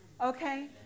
okay